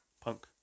Punk